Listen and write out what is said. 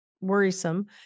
worrisome